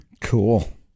Cool